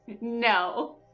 No